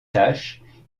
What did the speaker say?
tâches